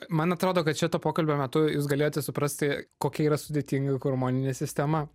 man atrodo kad šito pokalbio metu jūs galėjote suprasti kokia yra sudėtinga hormoninė sistema